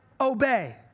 obey